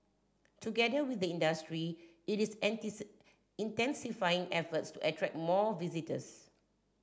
together with the industry it is intensifying efforts to attract more visitors